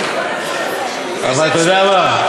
אבל אתה יודע מה?